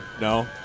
No